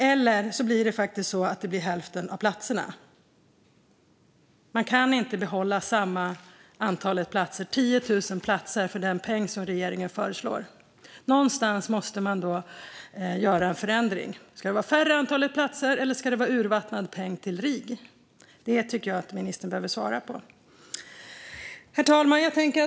Eller så blir det faktiskt hälften av platserna. Man kan inte behålla samma antal platser, 10 000 platser, för den peng som regeringen föreslår. Någonstans måste man då göra en förändring. Ska det vara färre platser, eller ska det vara en urvattnad peng till RIG? Det tycker jag att ministern behöver svara på. Herr talman!